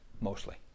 mostly